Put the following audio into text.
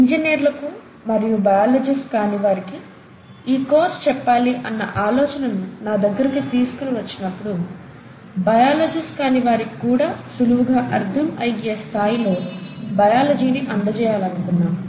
ఇంజినీర్లకు మరియు బయాలజిస్ట్స్ కానీ వారికి ఈ కోర్స్ చెప్పాలి అన్న ఆలోచన నా దగ్గరకి తీసుకునివచ్చినప్పుడు బయలాజిస్ట్స్ కానీ వారికి కూడా సులువుగా అర్థం అయ్యే స్థాయిలో బయాలజీ ని అందజేయాలనుకున్నాం